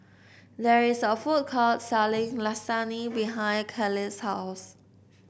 there is a food court selling Lasagne behind Kailey's house